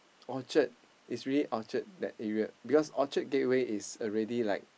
Orchard is really Orchard that area because Orchard Gateway is already like